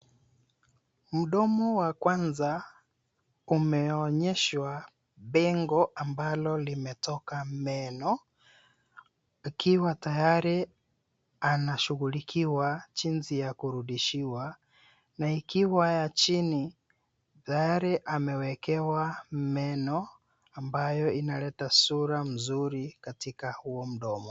Mdomo wa kwanza umeonyeshwa pengo ambalo limetoka meno ikiwa tayari anashughulikiwa jinsi ya kurudishiwa na ikiwa ya chini tayari amewekewa meno ambayo inaleta sura nzuri katika huo mdomo.